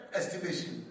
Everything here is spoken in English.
estimation